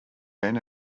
then